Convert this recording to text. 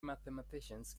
mathematicians